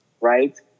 Right